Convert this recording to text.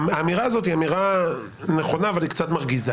האמירה הזאת היא אמירה נכונה אבל היא קצת מרגיזה.